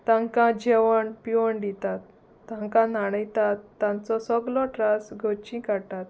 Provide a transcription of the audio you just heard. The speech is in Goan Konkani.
तांकां जेवण पिवण दितात तांकां न्हाणयतात तांचो सगलो त्रास घरची काडटात